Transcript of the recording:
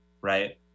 right